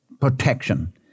protection